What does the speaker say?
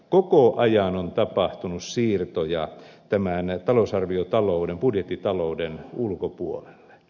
koko ajan on tapahtunut siirtoja tämän talousarviotalouden budjettitalouden ulkopuolelle